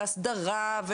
הסדרה,